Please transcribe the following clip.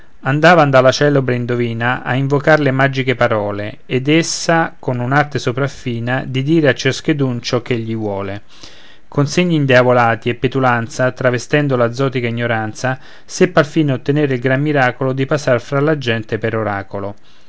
andavan dalla celebre indovina ad invocar le magiche parole ed essa con un'arte sopraffina di dire a ciaschedun ciò ch'egli vuole con segni indiavolati e petulanza travestendo la zotica ignoranza seppe alfine ottenere il gran miracolo di passar fra la gente per oracolo